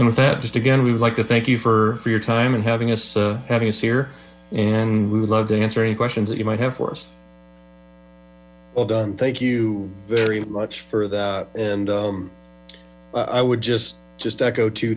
and with that just again we would like to thank you for your time and having us having us here and we would love to answer any questions that you might have for well done thank you very much for that and i would just just echo two